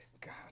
god